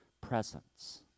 presence